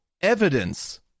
evidence